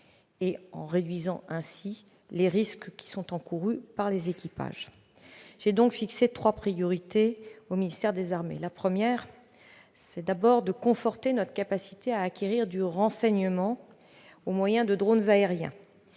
de réduire les risques encourus par les équipages. J'ai donc fixé trois priorités au ministère des armées. La première consiste à conforter notre capacité d'acquérir du renseignement au moyen de drones aériens.